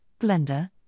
Blender